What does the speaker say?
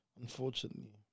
Unfortunately